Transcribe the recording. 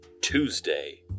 Tuesday